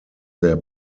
their